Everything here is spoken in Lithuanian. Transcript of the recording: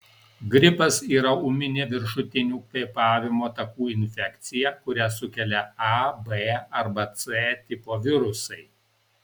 gripas yra ūminė viršutinių kvėpavimo takų infekcija kurią sukelia a b arba c tipo virusai